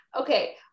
Okay